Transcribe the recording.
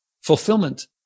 Fulfillment